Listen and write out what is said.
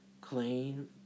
Clean